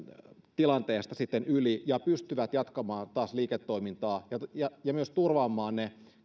tilanteesta sitten yli ja pystyvät jatkamaan taas liiketoimintaa ja ja myös turvaamaan ne